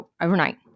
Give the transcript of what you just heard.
overnight